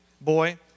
boy